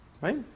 right